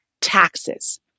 taxes